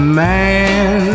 man